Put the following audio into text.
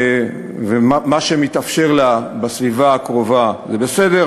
ומה שמתאפשר לה בסביבה הקרובה זה בסדר,